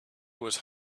was